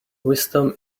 wisdom